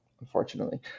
unfortunately